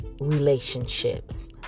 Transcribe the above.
relationships